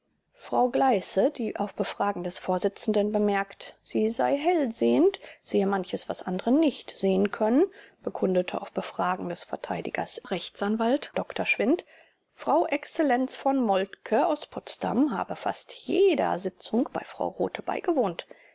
frau gleiße die auf befragen des vorsitzenden bemerkt sie sei hellsehend sehe manches was andere nicht sehen können bekundete auf befragen des vert r a dr schwindt frau exzellenz v moltke aus potsdam habe fast jeder sitzung bei frau rothe beigewohnt